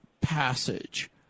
passage